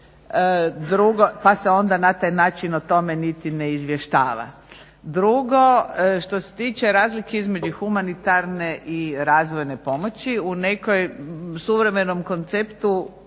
pa se onda na taj način o tome niti ne izvještava. Drugo, što se tiče razlike između humanitarne i razvojne pomoći. U nekom suvremenom konceptu